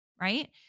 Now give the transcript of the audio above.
Right